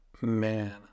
Man